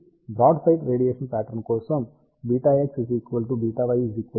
కాబట్టి broadside radiation pattern కోసం βx βy 0